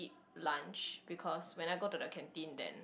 lunch because when I go to the canteen then